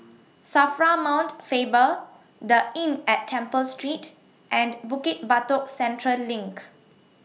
SAFRA Mount Faber The Inn At Temple Street and Bukit Batok Central LINK